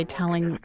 telling